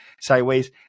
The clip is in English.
sideways